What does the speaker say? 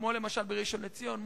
כמו למשל בראשון-לציון.